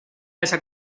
esa